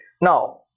now